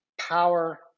power